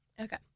Okay